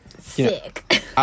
Sick